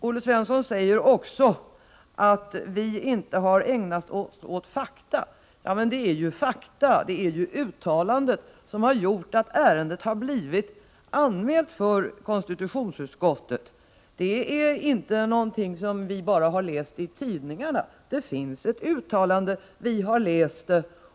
Olle Svensson säger att vi inte har hållit oss till fakta. Men det är ju fakta, nämligen uttalandet, som har gjort att ärendet blivit anmält till konstitutionsutskottet. Det är inte fråga om någonting som vi bara har läst i tidningarna. Det finns ett uttalande, och vi har läst det.